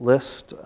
list